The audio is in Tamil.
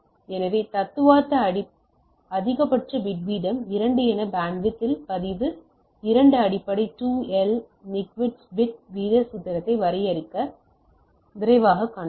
எனவே தத்துவார்த்த அதிகபட்ச பிட் வீதம் 2 என பேண்ட்வித் இல் பதிவு 2 அடிப்படை 2 L என நிக்விஸ்ட் பிட் வீத சூத்திரம் வரையறுப்பதை விரைவாகக் காண்கிறோம்